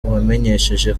wamenyesheje